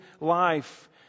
life